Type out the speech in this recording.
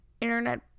internet